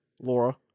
Laura